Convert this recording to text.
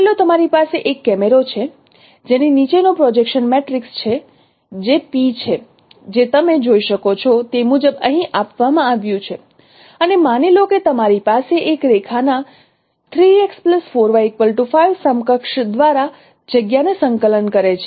માની લો તમારી પાસે એક કેમેરો છે જેની નીચેનો પ્રોજેક્શન મેટ્રિક્સ છે જે P છે જે તમે જોઈ શકો છો તે મુજબ અહીં આપવામાં આવ્યું છે અને માની લો કે તમારી પાસે એક રેખાના સમકક્ષ દ્વારા જગ્યાને સંકલન કરે છે